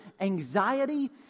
anxiety